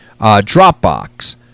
Dropbox